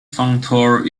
functor